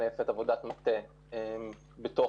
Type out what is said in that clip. בפועל לא פעם גופים פועלים בחו"ל בהתאם לתפיסות ואינטרסים שלהם,